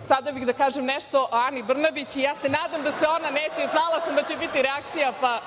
Sada bih da kažem nešto o Ani Brnabić, znala sam da će biti reakcija.